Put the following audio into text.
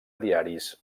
diaris